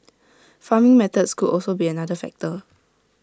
farming methods could also be another factor